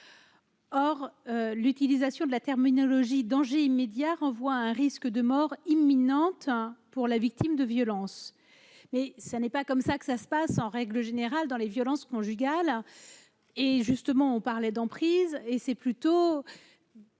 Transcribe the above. Or, l'utilisation de la terminologie danger immédiat, renvoie à un risque de mort imminente pour la victime de violences, mais ce n'est pas comme ça que ça se passe en règle générale, dans les violences conjugales et justement on parlait d'emprise et c'est plutôt